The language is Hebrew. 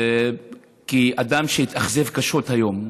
כאדם שהתאכזב קשות היום.